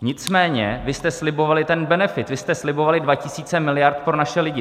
Nicméně vy jste slibovali ten benefit, vy jste slibovali 2 tisíce miliard pro naše lidi.